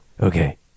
Okay